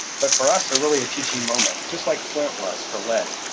but for us, they're really a teaching moment, just like flint was for lead.